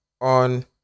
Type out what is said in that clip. on